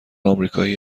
آمریکایی